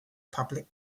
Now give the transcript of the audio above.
public